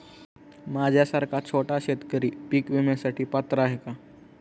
माझ्यासारखा छोटा शेतकरी पीक विम्यासाठी पात्र आहे का?